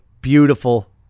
beautiful